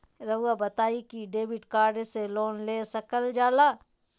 रहुआ बताइं कि डेबिट कार्ड से लोन ले सकल जाला?